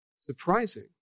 surprising